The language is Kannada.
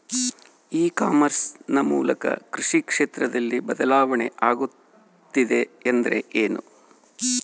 ಇ ಕಾಮರ್ಸ್ ನ ಮೂಲಕ ಕೃಷಿ ಕ್ಷೇತ್ರದಲ್ಲಿ ಬದಲಾವಣೆ ಆಗುತ್ತಿದೆ ಎಂದರೆ ಏನು?